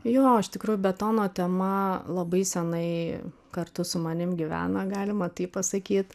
jo iš tikrųjų betono tema labai senai kartu su manim gyvena galima taip pasakyt